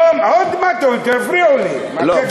היום, הפריעו לי, מה.